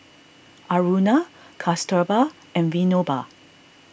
Aruna Kasturba and Vinoba